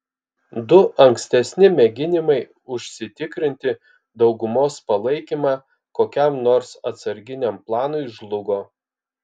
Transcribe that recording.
du ankstesni mėginimai užsitikrinti daugumos palaikymą kokiam nors atsarginiam planui žlugo